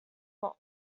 false